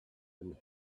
and